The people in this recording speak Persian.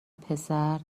پسر